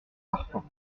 parfums